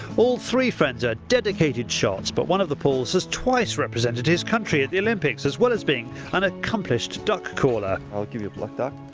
all three friends are dedicated shots but one of the pauls has twice represented his country at the olympics as well as being an accomplished duck caller. i will give you a black duck.